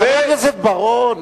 חבר הכנסת בר-און.